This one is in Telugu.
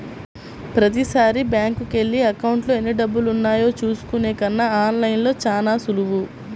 ప్రతీసారీ బ్యేంకుకెళ్ళి అకౌంట్లో ఎన్నిడబ్బులున్నాయో చూసుకునే కన్నా ఆన్ లైన్లో చానా సులువు